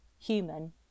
human